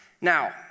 Now